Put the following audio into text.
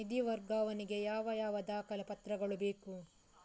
ನಿಧಿ ವರ್ಗಾವಣೆ ಗೆ ಯಾವ ಯಾವ ದಾಖಲೆ ಪತ್ರಗಳು ಬೇಕು?